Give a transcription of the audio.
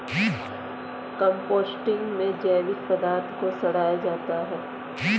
composting में जैविक पदार्थ को सड़ाया जाता है